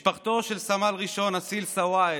משפחתו של סמל ראשון אסיל סואעד,